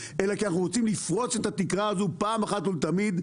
אלא כי אנחנו רוצים לפרוץ את התקרה הזו פעם אחת ולתמיד.